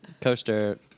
coaster